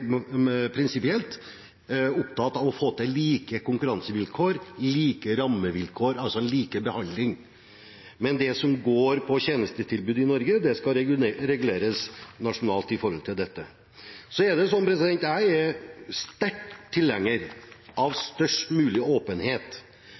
opptatt av å få til like konkurransevilkår, like rammevilkår, altså lik behandling. Men det som går på tjenestetilbudet i Norge, skal reguleres nasjonalt når det gjelder dette. Så er det sånn at jeg er sterk tilhenger av størst mulig åpenhet,